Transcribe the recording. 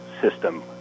system